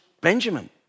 Benjamin